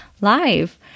live